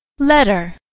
Letter